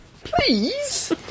Please